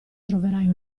troverai